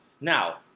Now